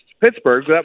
Pittsburgh